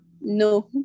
no